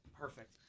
Perfect